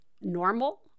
normal